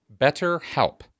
BetterHelp